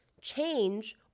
change